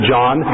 John